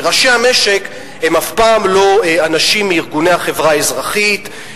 וראשי המשק הם אף פעם לא אנשים מארגוני החברה האזרחית,